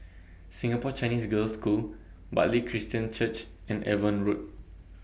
Singapore Chinese Girls' School Bartley Christian Church and Avon Road